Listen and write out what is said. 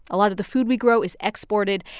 a lot of the food we grow is exported.